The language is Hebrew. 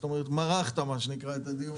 מרחת מה שנקרא את הדיון.